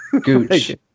gooch